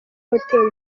hoteli